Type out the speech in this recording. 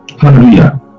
Hallelujah